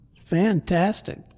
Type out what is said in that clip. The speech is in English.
fantastic